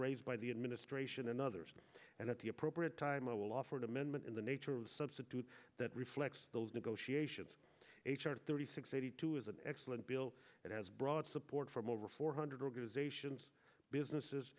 raised by the administration and others and at the appropriate time will offer an amendment in the nature of substitute that reflects those negotiations thirty six eighty two is an excellent bill that has broad support from over four hundred organizations businesses